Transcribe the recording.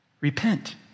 Repent